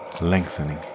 lengthening